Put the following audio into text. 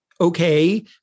okay